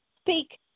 speak